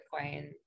Bitcoin